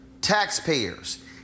taxpayers